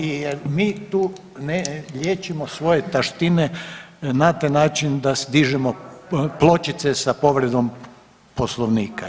I jer mi tu ne liječimo svoje taštine na taj način da dižemo pločice sa povredom Poslovnika.